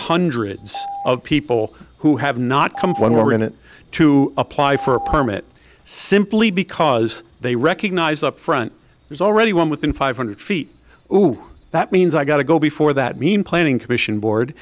hundreds of people who have not come from who are in it to apply for a permit simply because they recognize upfront there's already one within five hundred feet who that means i got to go before that mean planning commission board